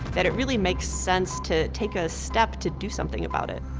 that it really makes sense to take a step, to do something about it